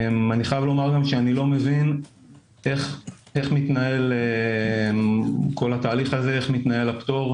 אני לא מבין איך מתנהל כל התהליך הזה, כל הפטור.